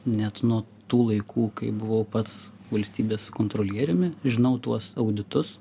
net nuo tų laikų kai buvau pats valstybės kontrolieriumi žinau tuos auditus